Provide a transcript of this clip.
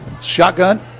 Shotgun